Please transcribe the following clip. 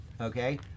okay